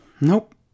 nope